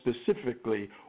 specifically